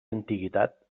antiguitat